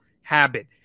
habit